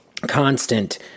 constant